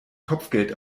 kopfgeld